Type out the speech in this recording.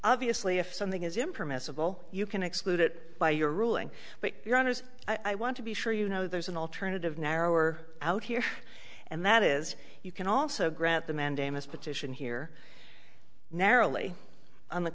obviously if something is impermissible you can exclude it by your ruling but your honors i want to be sure you know there's an alternative narrower out here and that is you can also grant the mandamus petition here narrowly on the